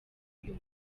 uyu